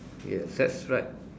yes that's right